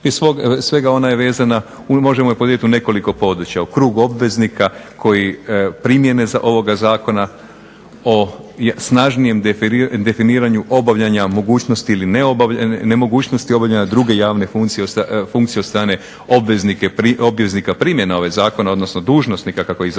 svega ona je vezana možemo je podijeliti u nekoliko područja, u krug obveznika koji primjene ovoga zakona o snažnijem definiranju obavljanja mogućnosti ili nemogućnosti obavljanja druge javne funkcije od strane obveznika primjene ovog zakona, odnosno dužnosnika kako ih